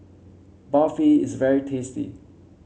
Barfi is very tasty